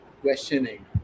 Questioning